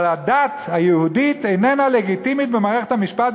אבל הדת היהודית איננה לגיטימית במערכת המשפט,